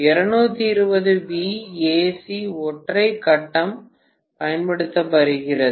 220 V AC ஒற்றை கட்டம் பயன்படுத்தப்படுகிறது